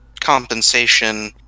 compensation